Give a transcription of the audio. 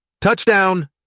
Touchdown